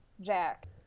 Jack